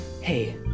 Hey